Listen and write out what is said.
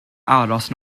aros